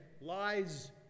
lies